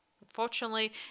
Unfortunately